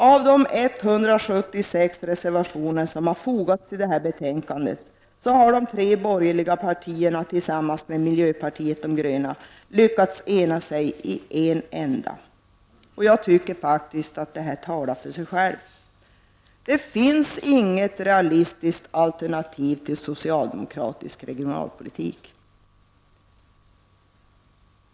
Av de 176 reservationer som fogats till detta betänkande har de tre borgerliga partierna tillsammans med miljöpartiet de gröna lyckats ena sig i en enda. Jag anser att detta talar för sig självt. Det finns inget realistiskt alternativ till socialdemokratisk regionalpolitik.